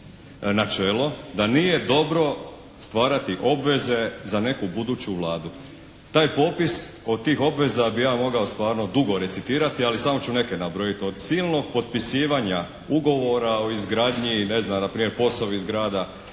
načelo da nije dobro stvarati obveze za neku buduću vladu." Taj popis od tih obveza bi ja mogao stvarno dugo recitirati, ali samo ću neke nabrojiti. Od silnog potpisivanja ugovora o izgradnji, ne znam, na primjer poslovi i zgrada